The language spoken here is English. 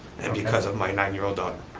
and because of my nine year old daughter.